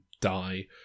die